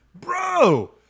bro